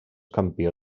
campió